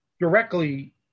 directly